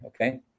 okay